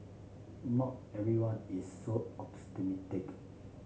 not everyone is so optimistic